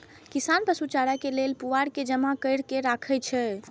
किसान पशु चारा लेल पुआर के जमा कैर के राखै छै